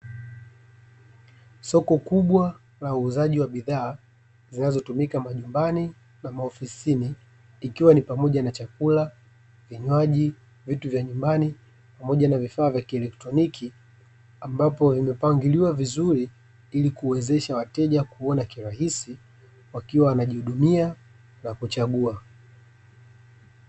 Soko kubwa la uuzaji wa bidhaa zinazotumika majumbani na maofisini, ikiwa ni pamoja na; chakula, vinywaji, vitu vya nyumbani, pamoja na vifaa vya kielektroniki. Ambapo vimepangiliwa vizuri ilikuwezesha wateja kuona kirahisi wakiwa wana jihudumia na kuchagua.